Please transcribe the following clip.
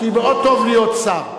כי מאוד טוב להיות שר.